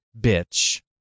bitch